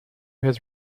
his